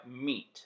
meat